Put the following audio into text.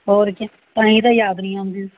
ਹੋਰ ਕਿਆ ਤਾਂ ਹੀ ਤਾਂ ਯਾਦ ਨਹੀਂ ਆਉਂਦੀ